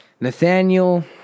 Nathaniel